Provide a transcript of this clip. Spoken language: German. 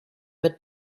mit